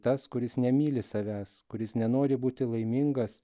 tas kuris nemyli savęs kuris nenori būti laimingas